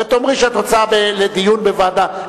תאמרי שאת רוצה דיון בוועדה,